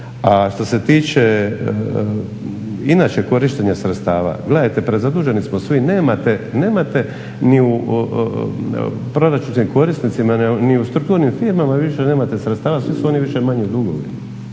A što se tiče inače korištenja sredstava. Gledajte, prezaduženi smo svi. nemate ni u proračunskim korisnicima, ni u strukturnim firmama više nemate sredstava. Svi su oni manje-više u dugovima.